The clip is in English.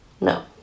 No